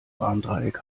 warndreieck